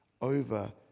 over